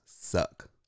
suck